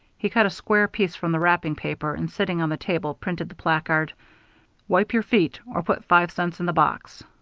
he cut a square piece from the wrapping paper, and sitting on the table, printed the placard wipe your feet! or put five cents in the box.